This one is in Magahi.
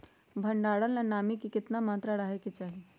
भंडारण ला नामी के केतना मात्रा राहेके चाही?